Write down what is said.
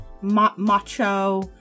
macho